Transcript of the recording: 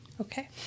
Okay